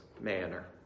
manner